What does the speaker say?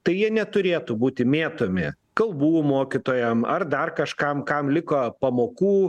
tai jie neturėtų būti mėtomi kalbų mokytojam ar dar kažkam kam liko pamokų